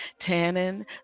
tannin